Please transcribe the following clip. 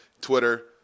Twitter